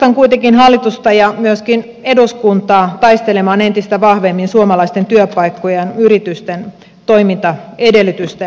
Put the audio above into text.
kannustan kuitenkin hallitusta ja myöskin eduskuntaa taistelemaan entistä vahvemmin suomalaisten työpaikkojen yritysten toimintaedellytysten puolesta